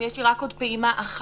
אם יש לי רק עוד פעימה אחת,